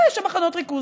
לא היו שם מחנות ריכוז.